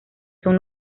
son